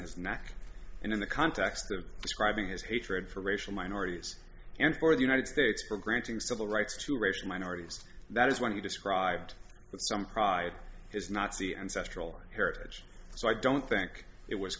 his neck and in the context of describing his hatred for racial minorities and for the united states for granting civil rights to racial minorities that is what you described some pride is nazi ancestral heritage so i don't think it was